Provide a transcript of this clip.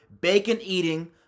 bacon-eating